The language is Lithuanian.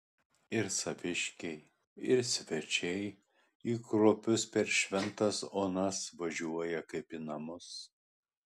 ir saviškiai ir svečiai į kruopius per šventas onas važiuoja kaip į namus